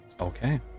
Okay